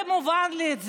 זה מובן לי,